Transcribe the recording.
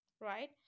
right